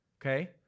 okay